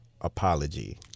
Apology